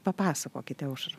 papasakokite aušra